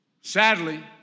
Sadly